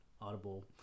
audible